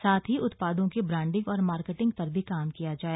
साथ ही उत्पादों की ब्रांडिंग और मार्केटिंग पर भी काम किया जाए